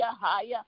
higher